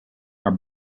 are